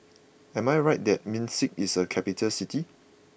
am I right that Minsk is a capital city